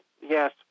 yes